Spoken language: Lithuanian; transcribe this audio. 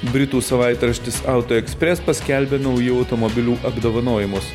britų savaitraštis auto ekspres paskelbė naujų automobilių apdovanojimus